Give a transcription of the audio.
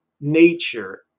nature